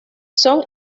son